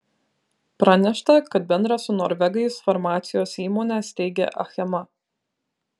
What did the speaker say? pranešta kad bendrą su norvegais farmacijos įmonę steigia achema